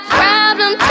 problem